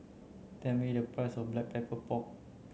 tell me the price of black pepper pork